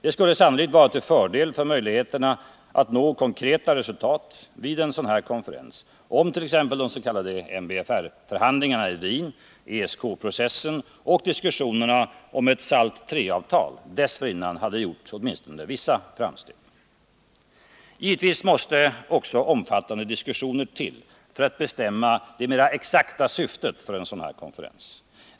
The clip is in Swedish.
Det skulle sannolikt vara till fördel för möjligheterna att nå konkreta resultat vid en sådan konferens, om t.ex. de s.k. MBFR-förhandlingarna i Wien, ESK-processen och diskussionerna om ett SALT III-avtal dessförinnan hade gjort åtminstone vissa framsteg. Givetvis måste också omfattande diskussioner till för att bestämma det mera exakta syftet med en sådan här konferens.